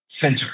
center